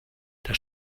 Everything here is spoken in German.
das